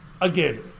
again